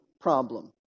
problem